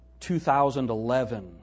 2011